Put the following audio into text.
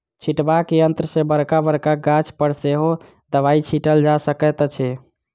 छिटबाक यंत्र सॅ बड़का बड़का गाछ पर सेहो दबाई छिटल जा सकैत अछि